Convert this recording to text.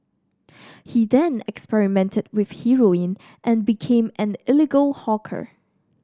he then experimented with heroin and became an illegal hawker